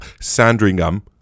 Sandringham